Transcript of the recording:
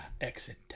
exit